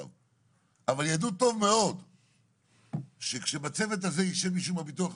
אבל ידעו טוב מאוד שכשבצוות הזה יישב מישהו מהביטוח הלאומי,